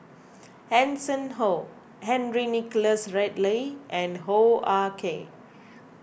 Hanson Ho Henry Nicholas Ridley and Hoo Ah Kay